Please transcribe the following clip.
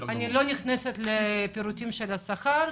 אני לא נכנסת לפירוט של שכר,